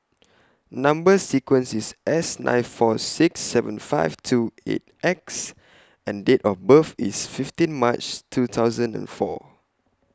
Number sequence IS S nine four six seven five two eight X and Date of birth IS fifteen March two thousand and four